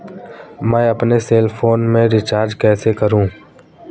मैं अपने cell phone में रिचार्ज कैसे करूँ?